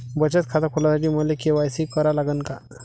बचत खात खोलासाठी मले के.वाय.सी करा लागन का?